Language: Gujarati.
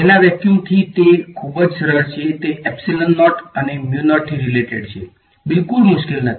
તેના વેક્યૂમથી તે ખુબ જ સરળ છે તે અને થી રીલેટેડ છે બિલકુલ મુશ્કેલ નથી